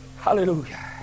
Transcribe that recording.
hallelujah